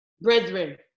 Brethren